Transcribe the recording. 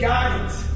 Guidance